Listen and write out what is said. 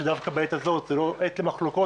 שדווקא בעת הזאת זו לא העת למחלוקות.